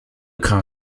crains